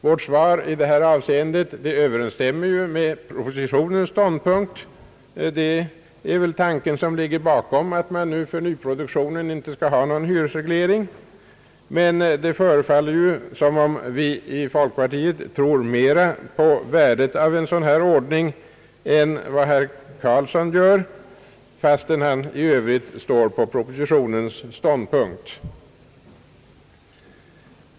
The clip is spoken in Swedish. Vårt svar i detta avseende överensstämmer med propositionens ståndpunkt. Den tanke som ligger bakom är ju att man för nyproduktionen inte skall ha någon hyresreglering, men det förefaller som om vi i folkpartiet tror mera på värdet av en sådan ordning än vad herr Karlsson gör, fastän han i övrigt står på propositionens ståndpunkt.